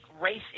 race